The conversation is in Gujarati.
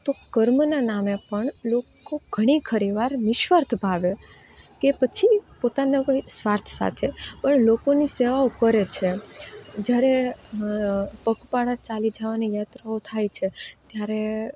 તો કર્મના નામે પણ લોકો ઘણી ખરી વાર નિસ્વાર્થ ભાવે કે પછી પોતાના કોઈ સ્વાર્થ સાથે પણ લોકોની સેવાઓ કરે છે જ્યારે પગપાળા ચાલી જવાની યાત્રાઓ થાય છે ત્યારે